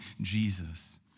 jesus